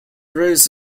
rows